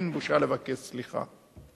אין בושה לבקש סליחה.